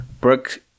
Brooke